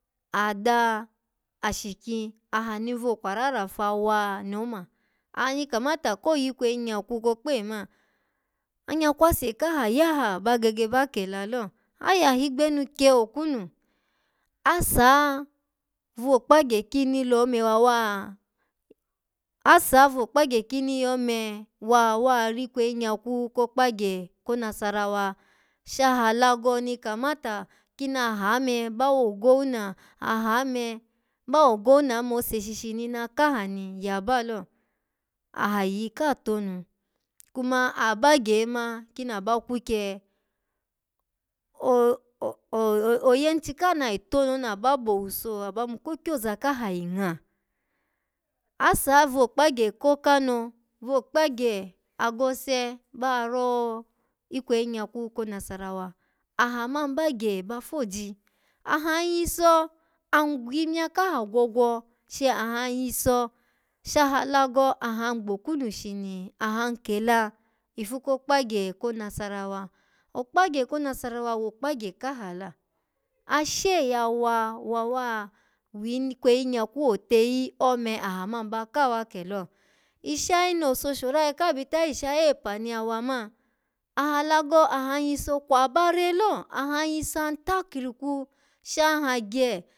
Ada, ashiki, aha ni vokwararafa wani oma. Aha ni kamata koyikweyi nyakwu kokpe man anyakwase kaha yahaba gege ba kela lo ayaha igbenu kye okwunu asaha vokpagye kini lo ome wawa-asaha vokpagye kini lo me wa wa rikweyi nyakwu kokpagye ko nasarawa, shaha alago ni kamata kina me ba wo ogowuna, aha me ba wogowuna ome ose shishini na kaha ni yaba lo aha yiyika tonu kuma aba yoma kina ba kwukye o- o- oyanchi ka nayi tonu oni aba bo owuso aba yimu ko kyoza kaha yi nga asaha vokpagye ko kano, vokpagye agose ba ro ikweyi nyakwu ko nasarawa aha man bagye ba foji? Aha an yiso, an gwimya kaha gwogwo shi ahan yiso shaha alago aha an gbokunu shini ahan kela ifu kokpagye ko nasarawa. Okpagye ko nasarawa wokpagye kahala ashe yawa wawa wikweyi nyakwu oteyi ome aha man ba kawa kelo ishayi no owuso shorayi ka bita, ishayi epa ni yawa man aha alago an nyiso kwaba rela, an yiso an takurku shan hagye.